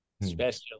Special